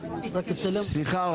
שמחים בו,